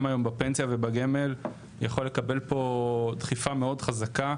היום בפנסיה ובגמל יכול לקבל פה דחיפה מאוד חזקה,